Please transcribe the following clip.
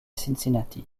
cincinnati